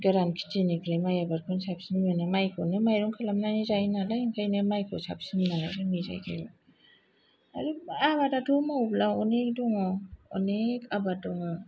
गोरान खिथिनिफ्राय माय आबादखौनौ साबसिन मोनो मायखौनो मायरं खालामनानै जायो नालाय ओंखायनो मायखौ साबसिन मोनो जोंनि जायगायाव आरो आबादाथ' मावोब्ला अनेख दङ अनेख आबाद दङ